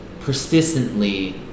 persistently